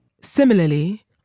Similarly